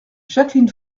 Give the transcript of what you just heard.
jacqueline